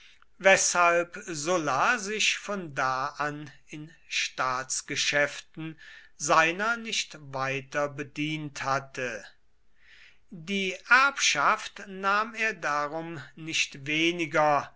weshalb sulla sich von da an in staatsgeschäften seiner nicht weiter bedient hatte die erbschaft nahm er darum nicht weniger